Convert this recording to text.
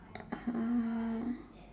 uh